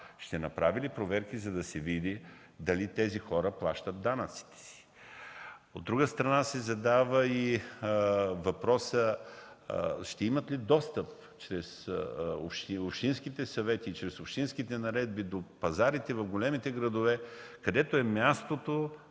ще направи проверки, за да се види дали тези хора плащат данъци. От друга страна се задава и въпросът ще имат ли достъп чрез общинските съвети и чрез общинските наредби до пазарите в големите градове, където е мястото,